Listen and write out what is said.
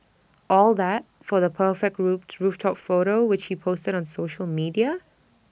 all that for the perfect roof rooftop photo which he posted on social media